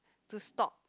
to stop